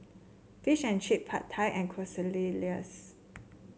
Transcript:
Fish and Chip Pad Thai and Quesadillas